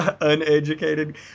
Uneducated